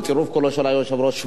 ובצירוף קולו של היושב-ראש,